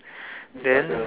then